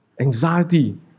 anxiety